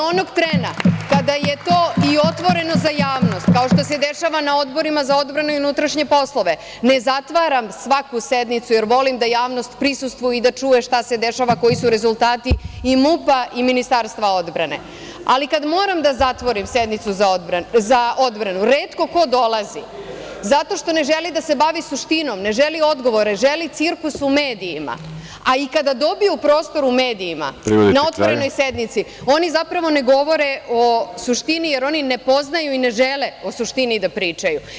Onog trena kada je to otvoreno za javnost, kao što se dešava na odborima za odbranu i unutrašnje poslove, ne zatvaram svaku sednicu, jer volim da javnost prisustvuje i da čuje šta se dešava, koji su rezultati MUP i Ministarstva odbrane, ali kada moram da zatvorim sednicu za odbranu, retko ko dolazi, zato što ne želi da se bavi suštinom, ne želi odgovore, želi cirkus u medijima, a i kada dobiju prostor u medijima na otvorenoj sednici oni zapravo ne govore o suštini, jer ne poznaju i ne žele o suštini da pričaju.